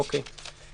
אוקיי.